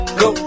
go